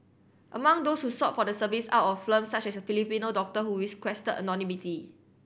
among those who sought for the service out of firm such as a Filipino doctor who is requested anonymity